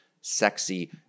sexy